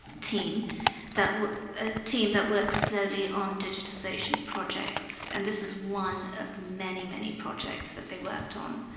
team that ah team that works slowly on digitization projects. and this is one of many, many projects that they worked on.